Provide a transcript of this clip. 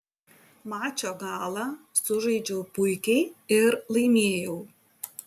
mačo galą sužaidžiau puikiai ir laimėjau